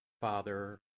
Father